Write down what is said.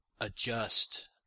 adjust